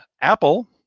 Apple